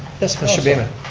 yes, mr. beaman.